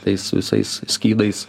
tais visais skydais